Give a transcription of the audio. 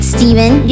Steven